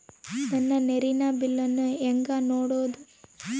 ನನ್ನ ನೇರಿನ ಬಿಲ್ಲನ್ನು ಹೆಂಗ ನೋಡದು?